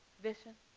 vishen,